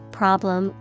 problem